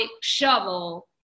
shovel